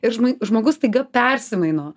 ir žmon žmogus staiga persimaino